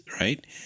right